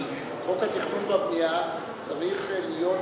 כי חוק התכנון והבנייה צריך להיות,